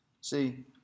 See